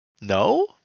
No